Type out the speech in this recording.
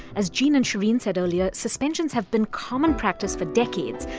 as gene and shereen said earlier, suspensions have been common practice for decades,